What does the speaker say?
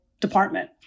department